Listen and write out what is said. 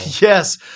Yes